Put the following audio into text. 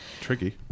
Tricky